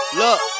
Look